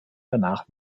danach